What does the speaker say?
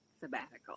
sabbatical